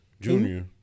Junior